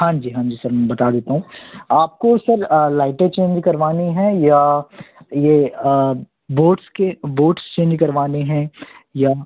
हाँ जी हाँ जी सर मैं बता देता हूँ आपको सर लाइटे चेंज करवानी है या ये बोर्ड्स के बोर्ड्स चेंज करवाने हैं या